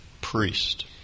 priest